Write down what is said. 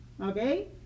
okay